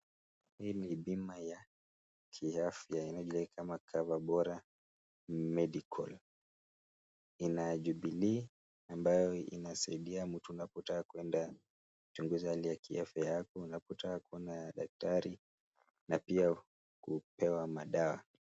Hii ni bima ya kiafya inayojulikana kama coverbora medical ina jubilee ambayo inasaidia mtu unapotaka kuenda kuchunguza hali ya kiafya yako, unapotaka kuona daktari na pia kupewa madawa.